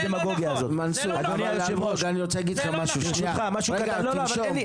זאת הזדמנות אדירה למדינת ישראל לפזר את התעסוקה אחרת.